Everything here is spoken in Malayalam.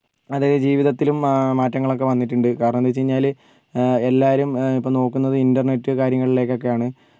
അതായത് ജീവിതത്തിലും മാറ്റങ്ങളൊക്കെ വന്നിട്ടുണ്ട് കാരണം എന്താണ് വെച്ചുകഴിഞ്ഞാൽ എല്ലാവരും ഇപ്പോൾ നോക്കുന്നത് ഇൻറ്റർനെറ്റ് കാര്യങ്ങളിലേക്ക് ഒക്കെയാണ്